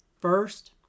First